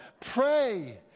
Pray